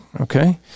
okay